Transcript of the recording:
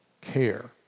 care